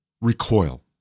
recoil